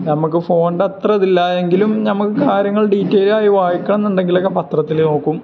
നമുക്ക് ഫോണിൻ്റെ അത്ര ഇതില്ല എങ്കിലും നമുക്ക് കാര്യങ്ങൾ ഡീറ്റെയ്ലായി വായിക്കണം എന്നുണ്ടെങ്കിൽ പത്രത്തിൽ നോക്കും